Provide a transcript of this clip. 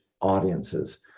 audiences